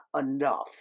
enough